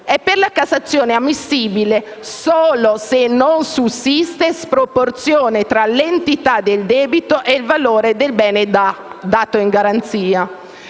è per la Cassazione ammissibile solo se non sussiste sproporzione tra l'entità del debito e il valore del bene dato in garanzia,